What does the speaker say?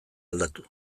aldatu